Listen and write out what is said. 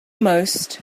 most